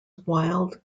wild